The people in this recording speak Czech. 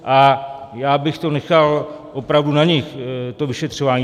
A já bych to nechal opravdu na nich, to vyšetřování.